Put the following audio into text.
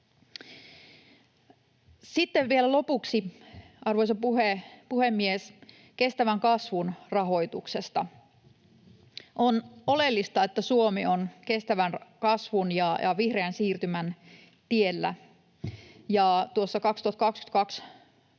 Sitten vielä lopuksi, arvoisa puhemies, kestävän kasvun rahoituksesta. On oleellista, että Suomi on kestävän kasvun ja vihreän siirtymän tiellä, ja tuossa